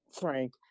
Frank